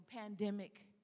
pandemic